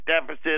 deficit